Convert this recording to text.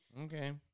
Okay